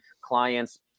clients